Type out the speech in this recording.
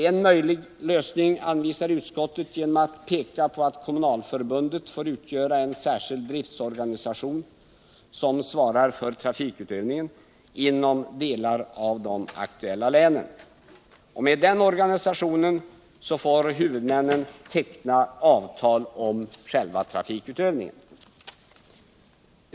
En möjlig lösning anvisar utskottet genom att peka på att Kommunalförbundet får utgöra en särskild driftorganisation som svarar för trafikutövningen inom delar av de aktuella länen. Med denna organisation får huvudmännen teckna avtal om trafikutövningen.